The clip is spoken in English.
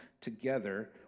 together